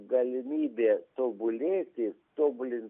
galimybė tobulėti tobulint